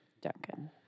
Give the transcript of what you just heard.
Duncan